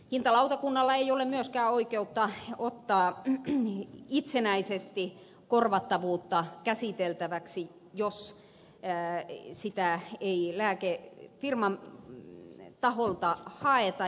hintalautakunnalla ei ole myöskään oikeutta ottaa itsenäisesti korvattavuutta käsiteltäväksi jos sitä ei firman taholta haeta